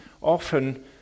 often